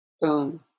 Boom